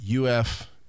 UF